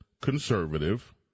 conservative